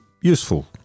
useful